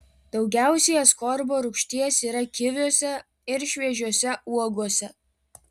daugiausiai askorbo rūgšties yra kiviuose ir šviežiose uogose